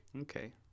Okay